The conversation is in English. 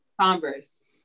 Converse